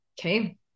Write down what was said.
Okay